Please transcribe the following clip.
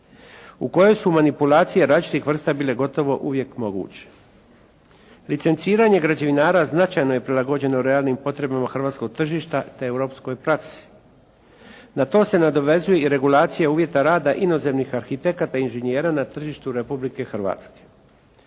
u kojoj su manipulacije različitih vrsta bile gotovo uvijek moguće. Licenciranje građevinara značajno je prilagođeno realnim potrebama hrvatskog tržišta te europskoj praksi. Na to se nadovezuje i regulacija uvjeta rada inozemnih arhitekata i inženjera na tržištu Republike Hrvatske.